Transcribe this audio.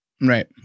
Right